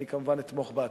אני כמובן אתמוך בהצעה.